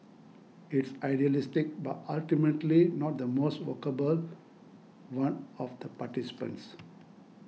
it's idealistic but ultimately not the most workable one of the participants